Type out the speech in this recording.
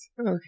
Okay